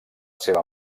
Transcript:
seva